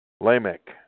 Lamech